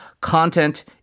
content